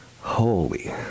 Holy